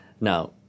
Now